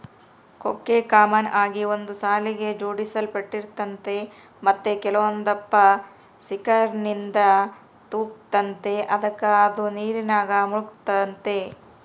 ಕೊಕ್ಕೆ ಕಾಮನ್ ಆಗಿ ಒಂದು ಸಾಲಿಗೆ ಜೋಡಿಸಲ್ಪಟ್ಟಿರ್ತತೆ ಮತ್ತೆ ಕೆಲವೊಂದಪ್ಪ ಸಿಂಕರ್ನಿಂದ ತೂಗ್ತತೆ ಅದುಕ ಅದು ನೀರಿನಾಗ ಮುಳುಗ್ತತೆ